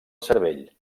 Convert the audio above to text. cervell